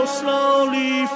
slowly